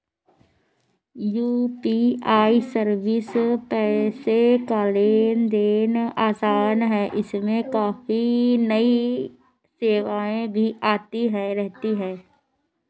UPI service से पैसे का लेन देन आसान है इसमें काफी नई सेवाएं भी आती रहती हैं